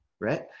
right